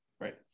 Right